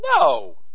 No